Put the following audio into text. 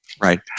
Right